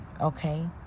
okay